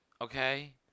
Okay